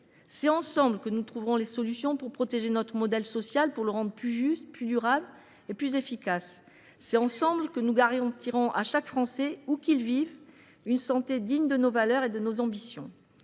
C’est ensemble que nous trouverons des solutions pour protéger notre modèle social, pour le rendre plus juste, plus durable et plus efficace. C’est ensemble que nous garantirons à chaque Français, où qu’il vive, une santé digne de nos valeurs et de nos ambitions.